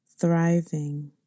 thriving